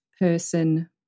person